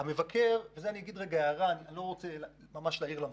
אני לא רוצה להעיר למבקר,